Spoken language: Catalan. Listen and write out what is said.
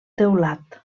teulat